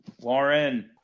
Warren